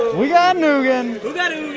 we got an ugin got an